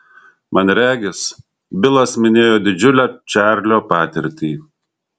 man regis bilas minėjo didžiulę čarlio patirtį